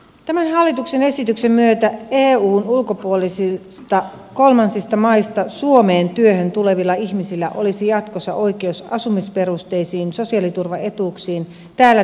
tämän hallituksen esityksen myötä eun ulkopuolisista kolmansista maista suomeen työhön tulevilla ihmisillä olisi jatkossa oikeus asumisperusteisiin sosiaaliturvaetuuksiin täällä työskentelyn perusteella